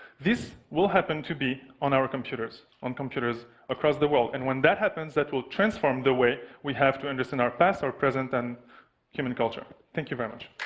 these all happen to be on our computers, on computers across the world. and when that happens, that will transform the way we have to understand our past, our present and human culture. thank you very much.